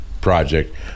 project